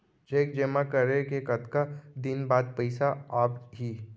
Cheque जेमा करें के कतका दिन बाद पइसा आप ही?